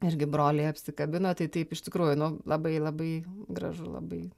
irgi broliai apsikabino tai taip iš tikrųjų nu labai labai gražu labai